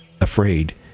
afraid